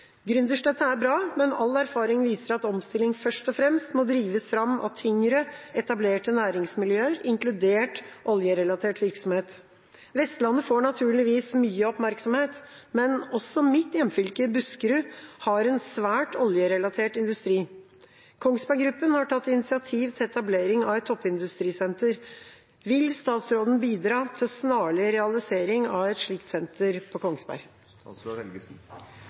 er bra, men all erfaring viser at omstilling først og fremst må drives fram av tyngre, etablerte næringsmiljøer, inkludert oljerelatert virksomhet. Vestlandet får naturligvis mye oppmerksomhet, men også mitt hjemfylke, Buskerud, har en svært oljerelatert industri. Kongsberg Gruppen har tatt initiativ til etablering av et toppindustrisenter. Vil statsråden bidra til snarlig realisering av et slikt senter på Kongsberg?»